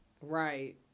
Right